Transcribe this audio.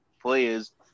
players